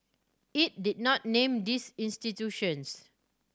it did not name these institutions